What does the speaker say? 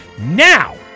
Now